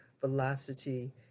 velocity